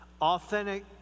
authentic